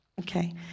okay